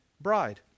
bride